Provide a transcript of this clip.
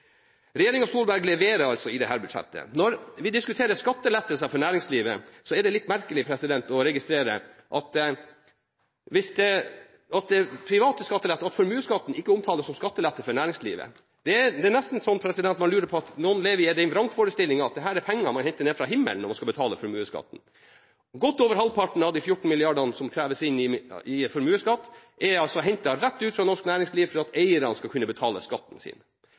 Regjeringa Solberg leverer altså med dette budsjettet. Når vi diskuterer skattelettelser for næringslivet, er det litt merkelig å registrere at formuesskatten ikke omtales som skattelette for næringslivet. Det er så man nesten lurer på om noen lever i den vrangforestilling at man henter penger ned fra himmelen når man skal betale formuesskatten. Godt over halvparten av de 14 mrd. kr som kreves inn i formuesskatt, er hentet rett ut fra norsk næringsliv for at eierne skal kunne betale skatten sin.